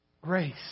Grace